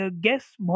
guess